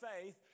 faith